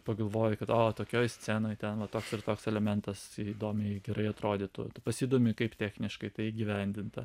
pagalvoji kad o tokioj scenoj ten va toks ir toks elementas įdomiai gerai atrodytų pasidomi kaip techniškai tai įgyvendinta